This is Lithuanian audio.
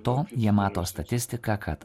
to jie mato statistiką kad